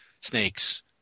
Snakes